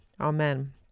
Amen